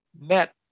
met